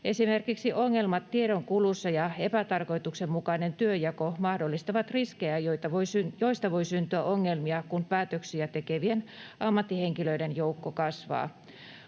Esimerkiksi ongelmat tiedonkulussa ja epätarkoituksenmukainen työnjako mahdollistavat riskejä, joista voi syntyä ongelmia, kun päätöksiä tekevien ammattihenkilöiden joukko kasvaa.